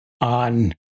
on